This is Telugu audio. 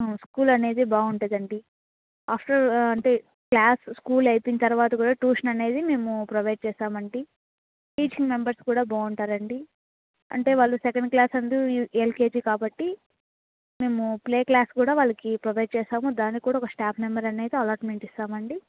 స్కూల్ అనేది బాగుంటుందండి ఆఫ్టర్ అంటే క్లాస్ స్కూల్ అయిపోయిన తర్వాత కూడా ట్యూషన్ అనేది మేము ప్రొవైడ్ చేస్తామండి టీచింగ్ మెంబర్స్ కూడా బాగుంటారండి అంటే వాళ్ళు second class and L K G కాబట్టి మేము ప్లే క్లాస్ కూడా వాళ్ళకి ప్రొవైడ్ చేశాము దానికి కూడా ఒక స్టాఫ్ మెంబర్ అనేది అలాట్మెంట్ ఇస్తామండి